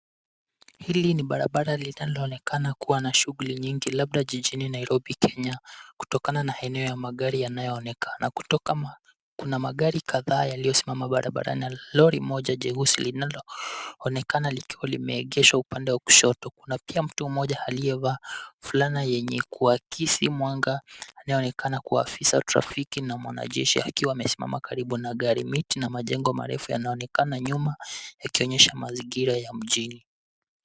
"Hili ni barabara linaloonekana kuwa na shughuli nyingi, labda jijini Nairobi, Kenya, kutokana na eneo ya magari yanayoonekana. Kuna magari kadhaa yaliyosimama barabarani na lori moja jeusi linaloonekana likiwa limeegeshwa upande wa kushoto. Kuna pia mtu mmoja aliyevaa fulana yenye kuakisi mwangaza anayeonekana kuwa na afisa wa trafiki na mwanajeshi akiwa wamesimama karibu na gari. Miti na majengo marefu yanaonekana nyuma, ikionyesha mazingirai ya mjiji."